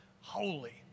holy